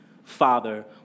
Father